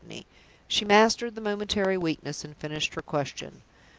she mastered the momentary weakness, and finished her question.